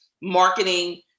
marketing